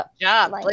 job